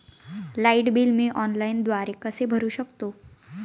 Light bill मी ऑनलाईनद्वारे कसे भरु शकतो?